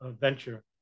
venture